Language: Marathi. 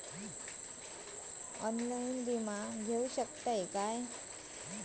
ऑनलाइन विमा घेऊ शकतय का?